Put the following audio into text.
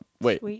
wait